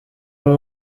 ari